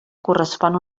correspon